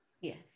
Yes